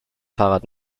fahrrad